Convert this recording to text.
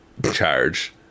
charge